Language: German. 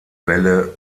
welle